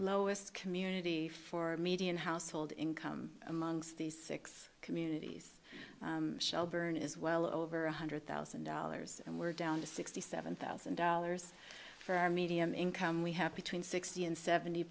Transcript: lowest community for median household income amongst these six communities shelburne is well over one hundred thousand dollars and we're down to sixty seven thousand dollars for our medium income we have between sixty and seventy